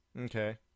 Okay